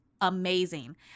amazing